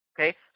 okay